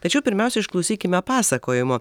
tačiau pirmiausia išklausykime pasakojimo